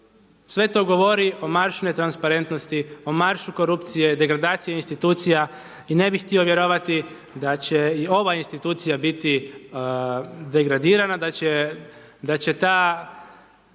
Sve to govori o maršu netransparentnosti, o maršu korupcije, degradacije institucija i ne bih htio vjerovati da će i ova institucija biti degradirana, da će ta